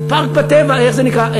פארק בטבע איך זה נקרא?